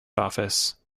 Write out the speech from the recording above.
office